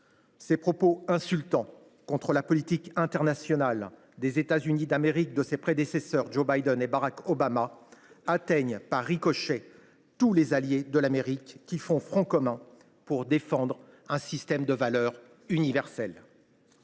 Ces propos insultants contre la politique internationale des États Unis d’Amérique menée par les prédécesseurs du président américain, Joe Biden et Barack Obama, atteignent par ricochet tous les alliés de l’Amérique qui font front commun pour défendre un système de valeurs universel.